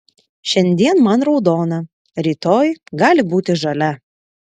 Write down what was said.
šiandien man raudona rytoj gali būti žalia